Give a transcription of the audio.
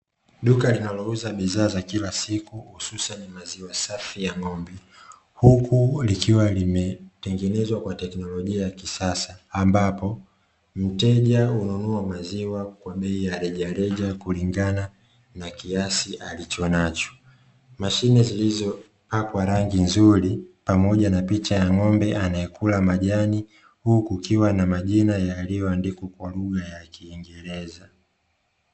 Duka linalouza bidhaa za kila siku hususani maziwa safi ya ng’ombe huku likiwa limetengenezwa kwa teknolojia ya kisasa, ambapo mteja hununua maziwa kwa bei ya rejareja kulingana na kiasi alichonacho. Mashine zilizopakwa rangi nzuri pamoja na picha ya ng’ombe anayekula majani huku kukiwa na majina yaliyoandikwa kwa lugha ya kiingereza.